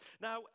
Now